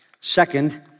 Second